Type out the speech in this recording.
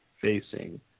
facing